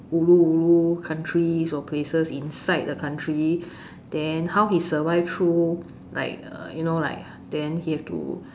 ulu ulu countries or places inside a country then how he survive through like uh you know like then he have to